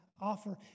offer